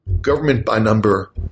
government-by-number